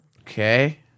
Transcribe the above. okay